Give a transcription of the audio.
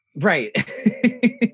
Right